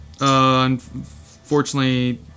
unfortunately